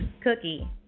Cookie